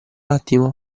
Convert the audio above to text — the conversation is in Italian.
attimo